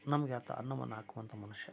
ನಮಗೆ ಆತ ಅನ್ನವನ್ನು ಹಾಕುವಂತ ಮನುಷ್ಯ